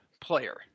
player